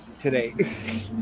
today